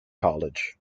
college